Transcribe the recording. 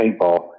paintball